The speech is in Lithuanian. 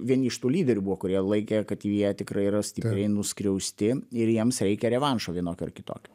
vieni iš tų lyderių buvo kurie laikė kad jie tikrai yra stipriai nuskriausti ir jiems reikia revanšo vienokio ar kitokio